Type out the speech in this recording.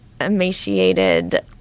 emaciated